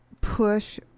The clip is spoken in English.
push